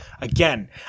Again